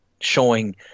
showing